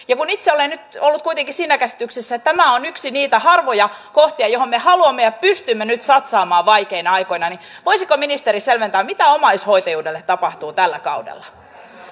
ivon itselleni tekisin esityksessä tämä on yksi niitä harvoja ja johanna hankonen pistimme nyt satsaamaan vaikeina aikoina voisi ministeri pakko leikata koska olemme taloudellisesti vaikeassa tilanteessa